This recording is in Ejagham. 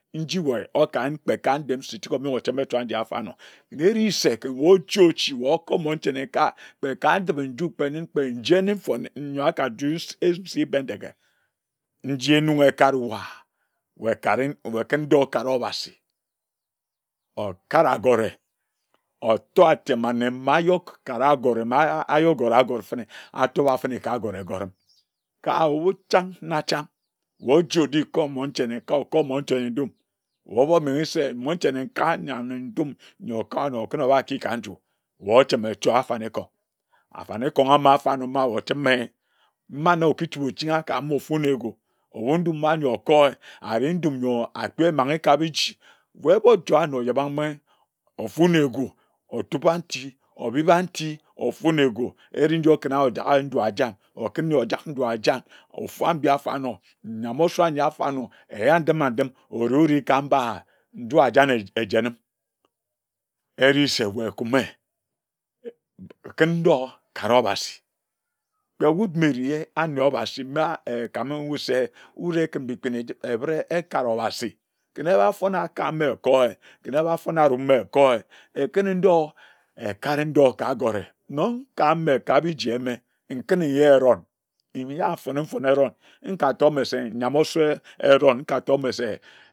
Wue oka yen kpe ka ndiem se tik omong ocheme echo-eh anji afo a nor. Eri se, kǝn we oji-och we okor monche nenkae, kpe ka ndib-eh nju kpe yen kpe nyen, kpe njen-ne yor aka due nsi Bendeghe nji ehnung ekari wa, kǝn doi okare Obasi, Okare agore. Otor atem-ane mma ahyi Okare agore mma ayi ogore-agore atobha fenne ka agore egorem. Ka ohbu chang na chang. Wee oji oji ko monche nenkae, oko moche nendum, wee omomenghe se monche nenkae na yor ne-n dum yor okor anor, okǝn ohbaki nju, wee ochime echoreh-afani-kong. Afani-kong ama ma wue ochime, mma oki chibe ochingha ka mma ofu na egu. Ohbu ndum-owa yor oko-eh, ari ndum yor akpi emmenghe ka biji, wee eh mojoi na oyeba-minghe ofu na egu otoba nti, obiba nti ofu na egu. Ehri nji o kǝna yeh ojak nju ajan o kǝni yeh ojak nju ajan. Ofu ah mbi afor-anor, ngia m osor ah yi afor-anor, eya ndim-mandim orika nju ajan ejen-em. Eri se wue kume, kǝn doi kare Obasi. Kpe wut mma eri ane Obasi ma ekam wut se mma ekǝn ekpin ejit-re ekare Obasi. Kǝn ehba fon akae ma eko-eh, kǝn ehba fon arum ma eko-eh, ekǝni-ndoi, ekare ka agore. Nong ka mme ka biji ehme, nkǝne nyah ehron, mfone-fone ehron nka tor se nyiam-osor ehron, nka tor mme se kǝn o.